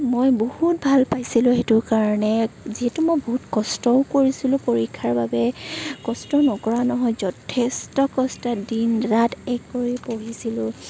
মই বহুত ভাল পাইছিলোঁ সেইটোৰ কাৰণে যিহেতু মই বহুত কষ্টও কৰিছিলোঁ পৰীক্ষাৰ বাবে কষ্ট নকৰা নহয় যথেষ্ট কষ্ট দিন ৰাত এক কৰি পঢ়িছলোঁ